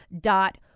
dot